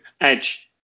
Edge